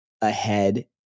ahead